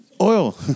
oil